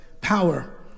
power